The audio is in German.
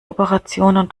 operationen